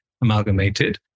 amalgamated